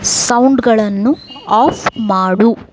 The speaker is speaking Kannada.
ಸೌಂಡ್ಗಳನ್ನು ಆಫ್ ಮಾಡು